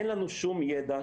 אין לנו שום ידע,